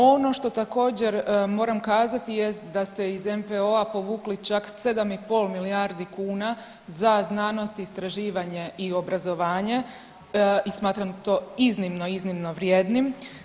Ono što također moram kazati jest da ste iz NPOO-a povukli čak 7,5 milijardi kuna za znanost, istraživanje i obrazovanje i smatram to iznimno, iznimno vrijednim.